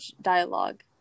dialogue